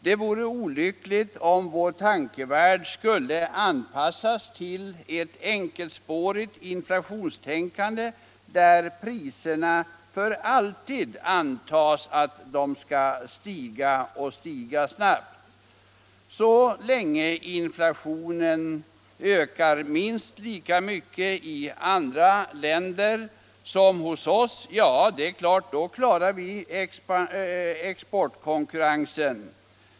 Det vore olyckligt om vår tankevärld skulle anpassas till ett enkelspårigt inflationstänkande, där det antas att priserna för all framtid skall stiga och stiga snabbt. Så länge inflationen ökar minst lika mycket i andra länder som hos oss klarar vi exportkonkurrensen.